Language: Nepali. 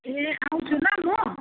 ए आउँछु ल म